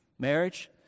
Marriage